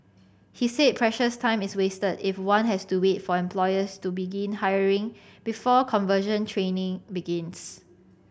he said precious time is wasted if one has to wait for employers to begin hiring before conversion training begins